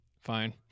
fine